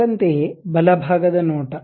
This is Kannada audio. ಅದರಂತೆಯೇ ಬಲಭಾಗದ ನೋಟ